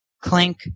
clink